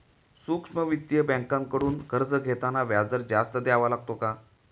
सूक्ष्म वित्तीय बँकांकडून कर्ज घेताना व्याजदर जास्त द्यावा लागतो का?